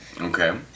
Okay